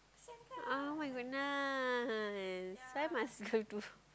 a'ah [oh]-my-goodness why must go to